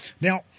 Now